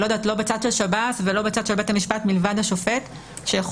לא בצד של שב"ס ולא בצד של בית המשפט מלבד השופט שיכול.